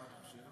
מה אתה חושב?